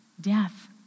death